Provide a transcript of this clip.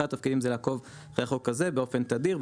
אחד התפקידים זה לעקוב אחרי החוק הזה באופן תדיר,